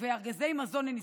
וארגזי מזון לנזקקים.